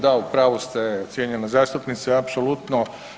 Da u pravu ste cijenjena zastupnice apsolutno.